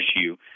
issue